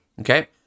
Okay